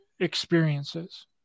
experiences